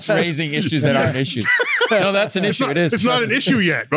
raising issues that aren't issues. no that's an issue, it is it's not an issue yet, but